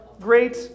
great